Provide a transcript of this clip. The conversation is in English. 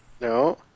no